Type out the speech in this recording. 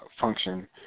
function